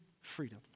freedom